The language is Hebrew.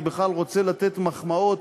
אני בכלל רוצה לתת מחמאות